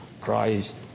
Christ